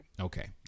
Okay